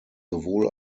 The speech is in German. sowohl